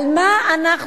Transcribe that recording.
מה זה קשור?